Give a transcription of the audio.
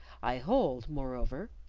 i hold, moreover,